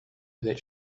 that